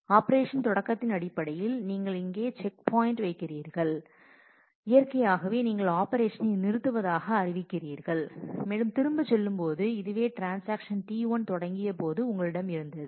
operation தொடக்கத்தின் அடிப்படையில் நீங்கள் இங்கு செக் பாயிண்ட் வைக்கிறீர்கள் இயற்கையாகவே naturally நீங்கள் ஆபரேஷனை நிறுத்துவதாக அறிவிக்கிறீர்கள் மேலும் திரும்பிச் செல்லும்போது இதுவே ட்ரான்ஸாக்ஷன் T1 தொடங்கியபோது உங்களிடம் இருந்தது